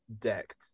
decked